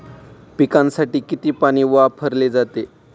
पिकांसाठी किती पाणी वापरले जाते?